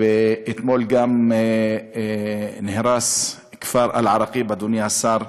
אתמול גם נהרס כפר אל-עראקיב, אדוני השר,